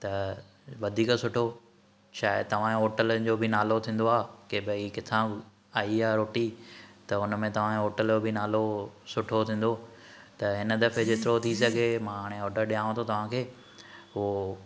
त वधीक सुठो शायद तव्हां जे होटलनि जो बि नालो थींदो आहे कि भाई किथां आई आहे रोटी त उन में तव्हां जे होटल जो बि नालो सुठो थींदो त हिन दफ़े जेतिरो थी सघे मां हाणे ऑर्डर ॾियांव थो तव्हां खे उहो